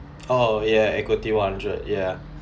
oh ya equity one hundred ya